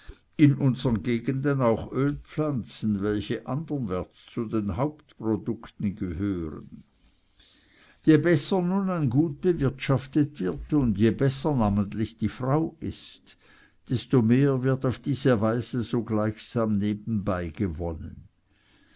in unsren gegenden auch ölpflanzen welche anderwärts zu den hauptprodukten gehören je besser nun ein gut bewirtschaftet wird und je besser namentlich die frau ist desto mehr wird auf diese weise gleichsam so nebenbei gewonnen